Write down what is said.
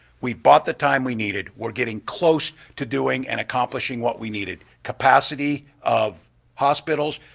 we've bought the time we needed. we're getting close to doing and accomplishing what we needed. capacity of hospitals,